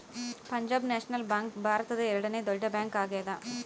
Punjab national bank ಭಾರತದ ಎರಡನೆ ದೊಡ್ಡ ಬ್ಯಾಂಕ್ ಆಗ್ಯಾದ